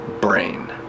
brain